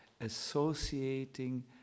associating